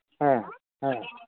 ᱦᱮᱸ ᱦᱮᱸ